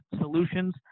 solutions